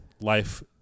life